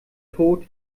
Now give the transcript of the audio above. tot